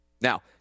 Now